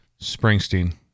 Springsteen